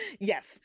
Yes